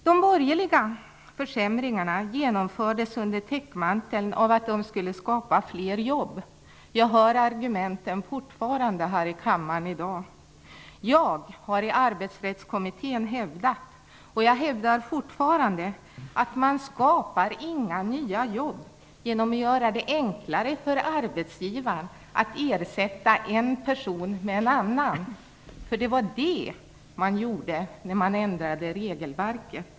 De borgerliga försämringarna genomfördes under täckmanteln att de skulle skapa fler jobb. Jag hör fortfarande dessa argument här i kammaren i dag. Jag har i Arbetsrättskommittén hävdat, och jag hävdar fortfarande, att man skapar inga nya jobb genom att göra det enklare för arbetsgivaren att ersätta en person med en annan. Det var nämligen det man gjorde när man ändrade regelverket.